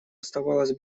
оставалось